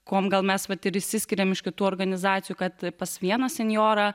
kuom gal mes vat ir išsiskiriam iš kitų organizacijų kad pas vieną senjorą